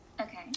okay